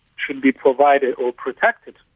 should be provided or protected.